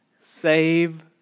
Save